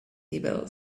evil